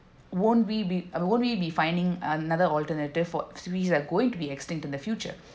won't we be won't we be finding another alternative for which are going to be extinct in the future